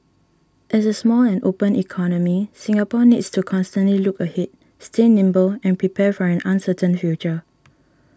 as a small and open economy Singapore needs to constantly look ahead stay nimble and prepare for an uncertain future